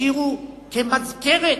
ישאירו כמזכרת,